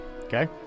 Okay